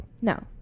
No